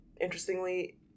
Interestingly